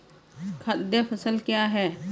खाद्य फसल क्या है?